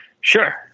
Sure